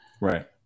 Right